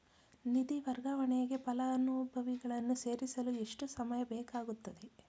ನಿಧಿ ವರ್ಗಾವಣೆಗೆ ಫಲಾನುಭವಿಗಳನ್ನು ಸೇರಿಸಲು ಎಷ್ಟು ಸಮಯ ಬೇಕಾಗುತ್ತದೆ?